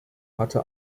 hatte